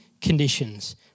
conditions